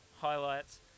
highlights